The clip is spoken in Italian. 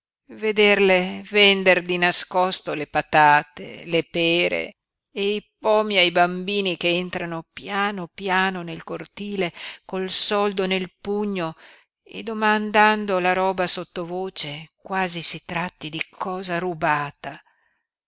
vederle vender di nascosto le patate le pere e i pomi ai bambini che entrano piano piano nel cortile col soldo nel pugno e domandando la roba sottovoce quasi si tratti di cosa rubata